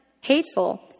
hateful